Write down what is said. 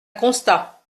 constat